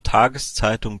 tageszeitung